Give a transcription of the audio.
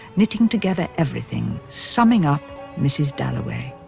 knitting together everything, summing up mrs. dalloway.